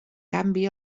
canvi